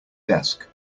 desk